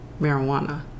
marijuana